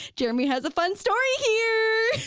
jeremy has a fun story here.